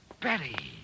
Betty